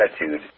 attitude